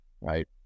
Right